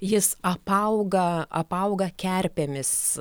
jis apauga apauga kerpėmis